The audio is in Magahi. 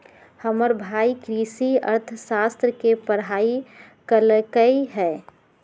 हमर भाई कृषि अर्थशास्त्र के पढ़ाई कल्कइ ह